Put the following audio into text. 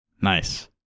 Nice